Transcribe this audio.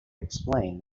explain